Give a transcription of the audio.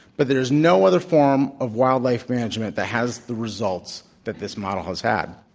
but there is no other form of wildlife management that has the results that this model has had.